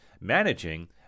managing